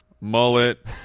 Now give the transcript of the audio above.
Mullet